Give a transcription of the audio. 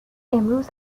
امروز